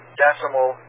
decimal